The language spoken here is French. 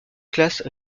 classe